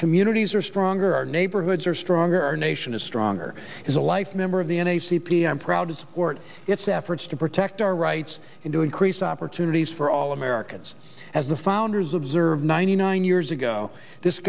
communities are stronger our neighborhoods are stronger our nation is stronger as a life member of the n a c p i'm proud to support its efforts to protect our rights and to increase opportunities for all americans as the founders observed ninety nine years ago this